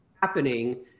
happening